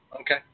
okay